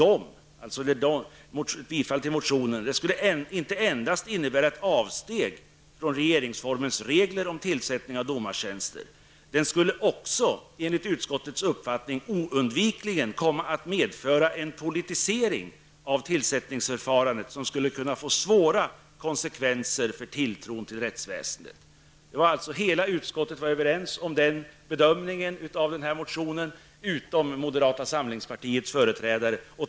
Ett bifall skulle inte endast innebära ett avsteg från regeringsformens regler om tillsättningen av domartjänster, utan det skulle också -- enligt utskottets uppfattning -- oundvikligen komma att medföra en politisering av tillsättningsförfarandet. Detta skulle kunna få svåra konsekvenser för tilltron till rättsväsendet. Hela utskottet var överens om den bedömningen av motionen utom moderata samlingspartiets företrädare.